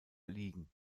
erliegen